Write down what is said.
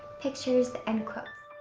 pictures, and quotes.